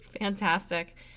Fantastic